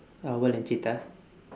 owl and cheetah